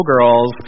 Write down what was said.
girls